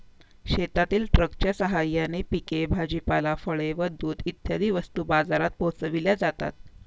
शेतातील ट्रकच्या साहाय्याने पिके, भाजीपाला, फळे व दूध इत्यादी वस्तू बाजारात पोहोचविल्या जातात